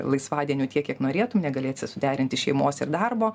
laisvadienių tiek kiek norėtum negalėsi suderinti šeimos ir darbo